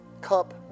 cup